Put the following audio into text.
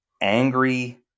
angry